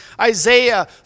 Isaiah